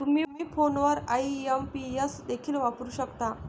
तुम्ही फोनवर आई.एम.पी.एस देखील वापरू शकता